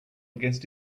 against